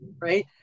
right